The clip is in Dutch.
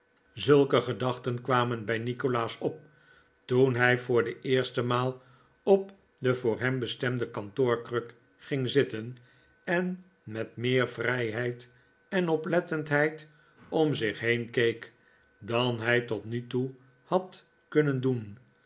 zulke gedachten kwamen bij nikolaas op toen hij voor de eerste maal op de voor hem bestemde kantoorkruk ging zitten en met meer vrijheid en oplettendheid om zich heenkeek dan hij tot nu toe had kunnen doen